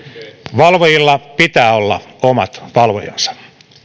valvojilla pitää olla omat valvojansa